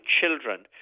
children